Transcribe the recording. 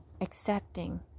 accepting